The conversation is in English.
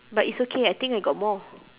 but it's okay I think I got more